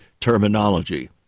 terminology